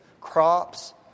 crops